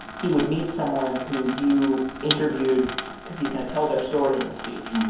he would meet someone who you interviewed because he's going to tell their story in the speech.